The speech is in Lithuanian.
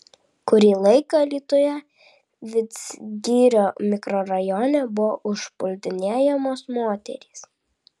kurį laiką alytuje vidzgirio mikrorajone buvo užpuldinėjamos moterys